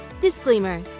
Disclaimer